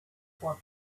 four